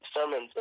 sermons